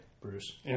Bruce